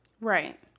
Right